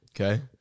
Okay